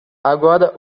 agora